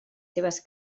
seves